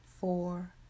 four